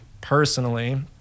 personally